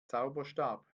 zauberstab